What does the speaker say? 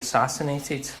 assassinated